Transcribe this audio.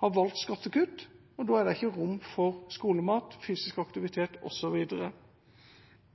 har valgt skattekutt, og da er det ikke rom for skolemat, fysisk aktivitet,